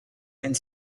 and